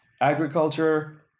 agriculture